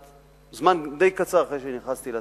זמן די קצר אחרי שנכנסתי לתפקיד,